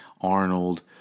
Arnold